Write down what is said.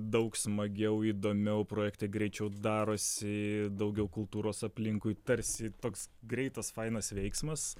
daug smagiau įdomiau projektai greičiau darosi daugiau kultūros aplinkui tarsi toks greitas fainas veiksmas